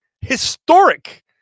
historic